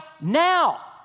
now